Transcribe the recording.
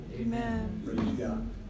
Amen